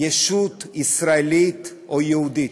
ישות ישראלית או יהודית,